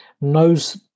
knows